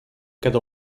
cada